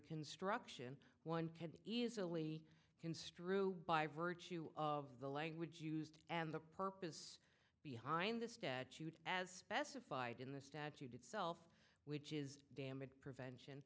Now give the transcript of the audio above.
construction one can easily construe by virtue of the language used and the purpose behind the statute as specified in the statute itself which is damaged